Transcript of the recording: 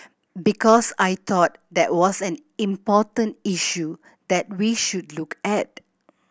because I thought that was an important issue that we should look at